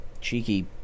cheeky